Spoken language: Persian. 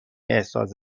احساس